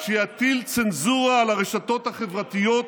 שיטיל צנזורה על הרשתות החברתיות